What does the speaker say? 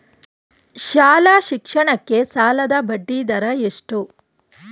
ಶಾಲಾ ಶಿಕ್ಷಣಕ್ಕೆ ಸಾಲದ ಬಡ್ಡಿದರ ಎಷ್ಟು?